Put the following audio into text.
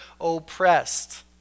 oppressed